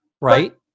Right